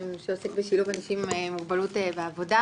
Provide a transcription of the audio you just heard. שעוסק בשילוב אנשים עם מוגבלות בעבודה